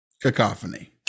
Cacophony